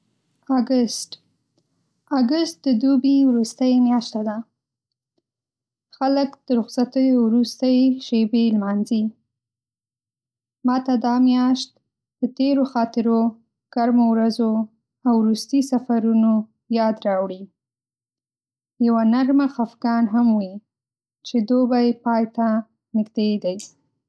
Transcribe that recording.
اګست: اګست د دوبي وروستۍ میاشته ده. خلک د رخصتیو وروستۍ شېبې لمانځي. ما ته دا میاشت د تیرو خاطرو، ګرمو ورځو، او وروستي سفرونو یاد راوړي. یوه نرمه خفګان هم وي، چې دوبي پای ته نږدې دی.